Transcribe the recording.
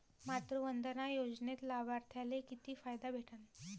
मातृवंदना योजनेत लाभार्थ्याले किती फायदा भेटन?